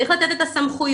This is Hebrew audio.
צריך לתת את הסמכויות,